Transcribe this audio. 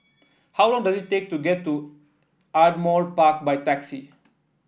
how long does it take to get to Ardmore Park by taxi